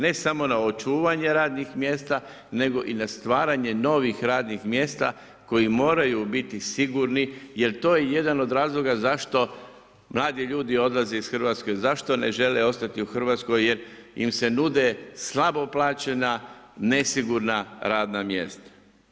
Ne samo na očuvanje radnih mjesta nego i na stvaranje novih radnih mjesta koja moraju biti sigurni jer to je i jedan od razloga zašto mladi ljudi odlaze iz Hrvatske, zašto ne žele ostati u Hrvatskoj jer im se nude slabo plaćena nesigurna, radna mjesta.